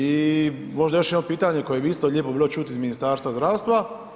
I možda još jedno pitanje koje bi isto lijepo bilo čut iz Ministarstva zdravstva.